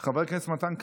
חברת הכנסת שרון ניר,